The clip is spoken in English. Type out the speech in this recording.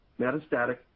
metastatic